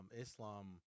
Islam